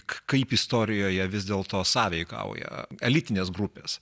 kaip istorijoje vis dėlto sąveikauja elitinės grupės